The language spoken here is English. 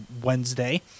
Wednesday